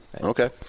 Okay